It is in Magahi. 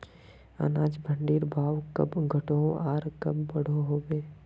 अनाज मंडीर भाव कब घटोहो आर कब बढ़ो होबे?